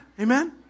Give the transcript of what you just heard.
Amen